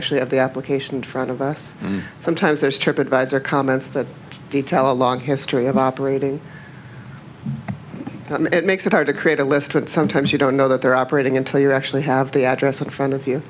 actually have the application in front of us from times there's trip advisor comments that detail a long history of operating and it makes it hard to create a list but sometimes you don't know that they're operating until you actually have the address in front of y